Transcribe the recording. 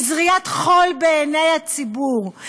היא זריית חול בעיני הציבור,